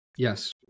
Yes